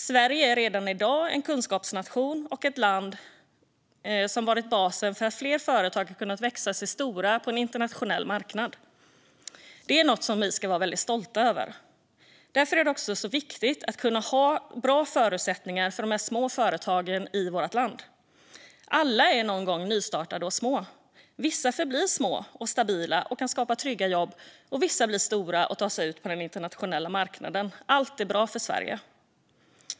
Sverige är redan i dag en kunskapsnation och ett land som har varit basen för flera företag som har kunnat växa sig stora på en internationell marknad. Det är något vi ska vara väldigt stolta över. Därför är det också viktigt att kunna ha bra förutsättningar för de små företagen i vårt land. Alla är någon gång nystartade och små. Vissa förblir små men stabila och kan skapa trygga jobb, och vissa blir stora och tar sig ut på den internationella marknaden. Allt är bra för Sverige.